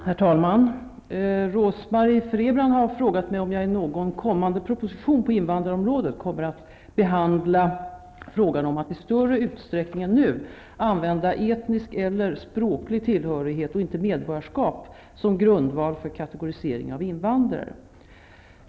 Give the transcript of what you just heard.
Herr talman! Rose-Marie Frebran har frågat mig om jag i någon kommande proposition på invandrarområdet kommer att behandla frågan om att i större utsträckning än nu använda etnisk eller språklig tillhörighet, och inte medborgarskap, som grundval för kategorisering av invandrare.